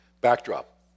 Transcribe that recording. Backdrop